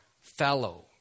fellow